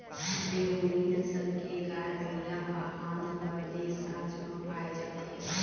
देओनी नसल के गाय, बइला ह आंध्रपरदेस राज म पाए जाथे